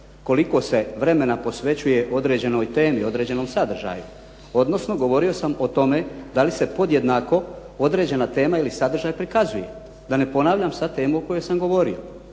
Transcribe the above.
koliko se vremena posvećuje određenoj temi, određenom sadržaju, odnosno govorio sam o tome da li se podjednako određena tema ili sadržaj prikazuje? Da ne ponavljam sad temu o kojoj sam govorio.